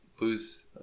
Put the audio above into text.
lose